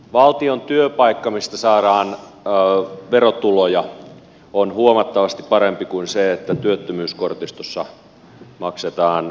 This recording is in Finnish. valtion työpaikka mistä saadaan verotuloja on huomattavasti parempi kuin se että työttömyyskortistossa maksetaan työttömyysmaksuja